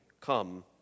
come